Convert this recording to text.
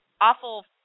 awful